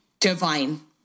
Divine